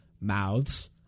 mouths